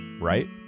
right